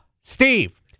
Steve